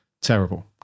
terrible